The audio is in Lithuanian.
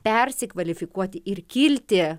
persikvalifikuoti ir kilti